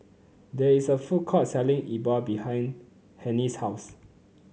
there is a food court selling E Bua behind Hennie's house